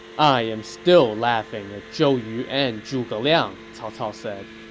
i am still laughing at zhou yu and zhuge liang, cao cao said.